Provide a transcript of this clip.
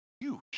huge